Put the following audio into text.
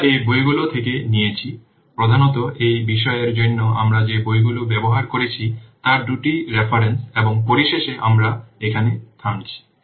আমরা এই বইগুলি থেকে নিয়েছি প্রধানত এই বিষয়ের জন্য আমরা যে বইগুলি ব্যবহার করেছি তার দুটির রেফারেন্স এবং পরিশেষে আমরা এখানে থামছি